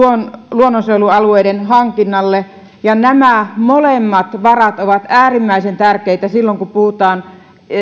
luonnonsuojelualueiden hankinnalle ja nämä molemmat varat ovat äärimmäisen tärkeitä silloin kun puhutaan